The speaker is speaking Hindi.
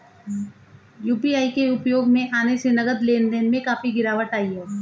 यू.पी.आई के उपयोग में आने से नगद लेन देन में काफी गिरावट आई हैं